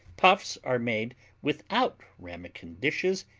puffs are made without ramekin dishes,